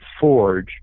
forge